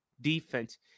defense